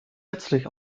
letztlich